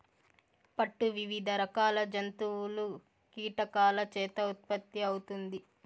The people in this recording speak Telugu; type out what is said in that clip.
పట్టు వివిధ రకాల జంతువులు, కీటకాల చేత ఉత్పత్తి అవుతుంది